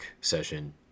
session